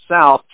south